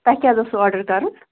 تۄہہِ کیٛاہ حظ اوسوٕ آرڈَر کَرُن